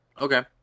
Okay